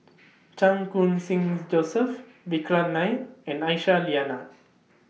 Chan Khun Sing Joseph Vikram Nair and Aisyah Lyana